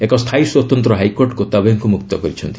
ଏକ ସ୍ଥାୟୀ ସ୍ୱତନ୍ତ୍ର ହାଇକୋର୍ଟ ଗୋତାବୟଙ୍କୁ ମୁକ୍ତ କରିଛନ୍ତି